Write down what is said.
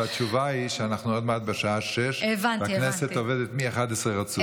והתשובה היא שאנחנו עוד מעט בשעה 18:00 והכנסת עובדת מ-11:00 רצוף.